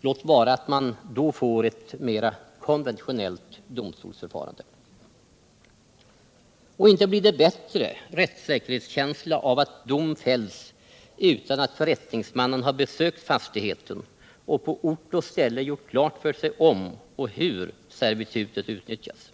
Låt vara att man då får ett mer konventionellt domstolsförfarande. Och inte blir det bättre rättssäkerhetskänsla av att dom fälls utan att förrättningsmännen har besökt fastigheten och på ort och ställe gjort klart för sig om och hur servitutet utnyttjas.